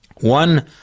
One